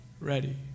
Ready